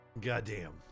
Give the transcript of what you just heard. Goddamn